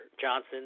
Johnson